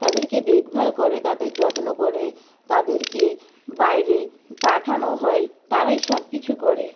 তাদেরকে দেখভাল করে তাদের যত্ন করে তাদেরকে বাইরে পাঠানো হয় তারাই সবকিছু করে